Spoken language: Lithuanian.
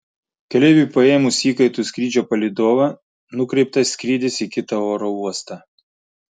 keleiviui paėmus įkaitu skrydžio palydovą nukreiptas skrydis į kitą oro uostą